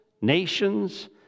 nations